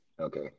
Okay